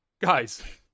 guys